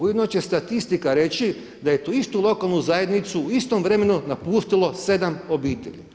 Ujedno će statistika reći da je tu istu lokalnu zajednicu u istom vremenu napustilo 7 obitelji.